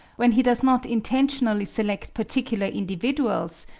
when he does not intentionally select particular individuals,